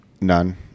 none